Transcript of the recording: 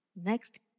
Next